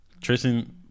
Tristan